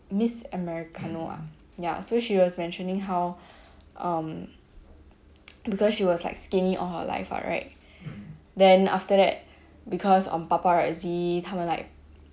miss americana ah ya so she was mentioning how um because she was like skinny all her life what right then after that because of paparazzi 他们 like